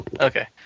Okay